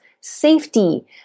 safety